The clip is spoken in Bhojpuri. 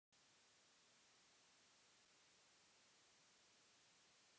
जब दुर्घटना बीमा होला त क्लेम कईसे होला?